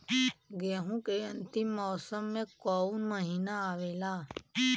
गेहूँ के अंतिम मौसम में कऊन महिना आवेला?